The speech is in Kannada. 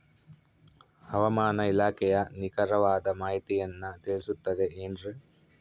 ಹವಮಾನ ಇಲಾಖೆಯ ನಿಖರವಾದ ಮಾಹಿತಿಯನ್ನ ತಿಳಿಸುತ್ತದೆ ಎನ್ರಿ?